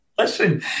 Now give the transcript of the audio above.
Listen